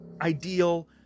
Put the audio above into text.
ideal